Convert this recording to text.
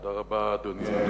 תודה רבה, אדוני.